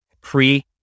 pre